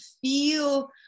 feel